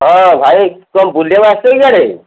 ହଁ ଭାଇ କ'ଣ ବୁଲିବାକୁ ଆସିଛ ଇୟାଡ଼େ